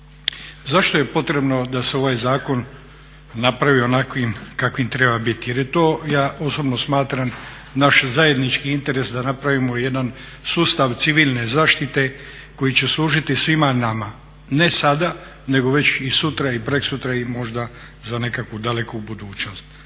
Zašto je potrebno da se ovaj zakon napravi onakvim kakvim treba biti? Jer je to, ja osobno smatram, naš zajednički interes da napravimo jedan sustav civilne zaštite koji će služiti svima nama, ne sada nego već i sutra i prekosutra i možda za nekakvu daleku budućnost.